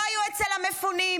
לא היו אצל המפונים.